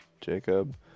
Jacob